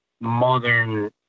modern